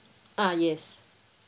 ah yes